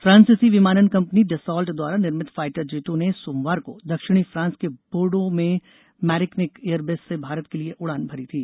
फ्रांसीसी विमानन कंपनी डसॉल्ट द्वारा निर्मित फाइटर जेटों ने सोमवार को दक्षिणी फ्रांस के बोर्डो में मेरिग्नैक एयरबेस से भारत के लिए उड़ान भरी थी